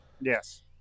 Yes